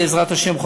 בעזרת השם,